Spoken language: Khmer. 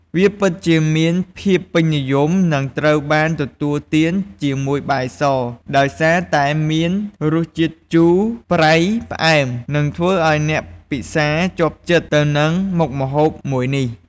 វាពិតជាមានភាពពេញនិយម និងត្រូវបានទទួលទានជាមួយបាយស ដោយសារតែមានរសជាតិជូរ ប្រៃ ផ្អែម និងធ្វើឱ្យអ្នកពិសាជាប់ចិត្តទៅនឹងមុខម្ហូបមួយនេះ។